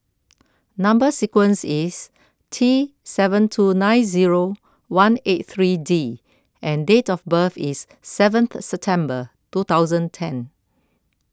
Number Sequence is T seven two nine zero one eight three D and date of birth is seventh September two thousand ten